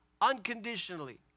unconditionally